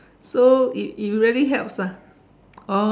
so it it really helps lah